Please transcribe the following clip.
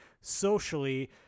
socially